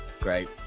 Great